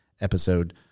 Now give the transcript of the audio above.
episode